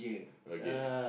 okay